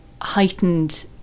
heightened